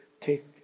take